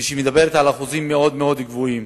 ושמדברת על אחוזים מאוד גבוהים.